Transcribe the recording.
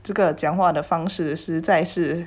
这个讲话的方式实在是